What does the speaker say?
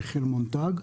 יחיאל מונטג.